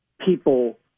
people